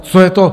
Co je to?